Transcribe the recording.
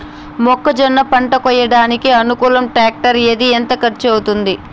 మొక్కజొన్న పంట కోయడానికి అనుకూలం టాక్టర్ ఏది? ఎంత ఖర్చు అవుతుంది?